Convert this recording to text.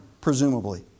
presumably